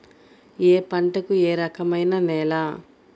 ఏ పంటకు ఏ రకమైన నేల?